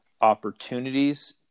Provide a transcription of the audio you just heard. opportunities